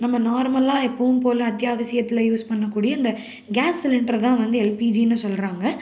நம்ம நார்மலாக எப்போவும் போல் அத்தியாவசியத்தில் யூஸ் பண்ணக்கூடிய இந்த கேஸ் சிலிண்டரை தான் வந்து எல்பிஜின்னு சொல்கிறாங்க